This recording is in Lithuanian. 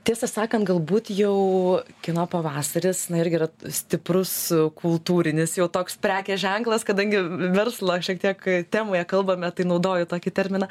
tiesą sakant galbūt jau kino pavasaris irgi yra stiprus kultūrinis jau toks prekės ženklas kadangi v verslo šiek tiek temoje kalbame tai naudoju tokį terminą